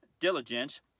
diligence